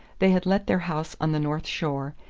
they had let their house on the north shore,